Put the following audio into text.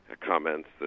comments